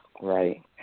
Right